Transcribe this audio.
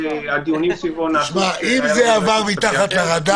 שהדיונים סביב החוק הזה --- אם זה עבר מתחת לרדאר